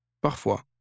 Parfois